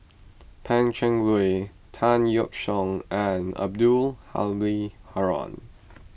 Pan Cheng Lui Tan Yeok Seong and Abdul Halim Haron